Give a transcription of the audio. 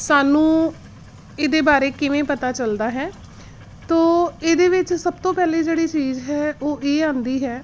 ਸਾਨੂੰ ਇਹਦੇ ਬਾਰੇ ਕਿਵੇਂ ਪਤਾ ਚੱਲਦਾ ਹੈ ਤੋ ਇਹਦੇ ਵਿੱਚ ਸਭ ਤੋਂ ਪਹਿਲੇ ਜਿਹੜੀ ਚੀਜ਼ ਹੈ ਉਹ ਇਹ ਆਉਂਦੀ ਹੈ